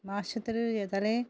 मातशें तरी हें जालें